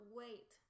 wait